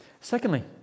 Secondly